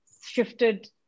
shifted